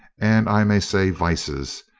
and i may say vices,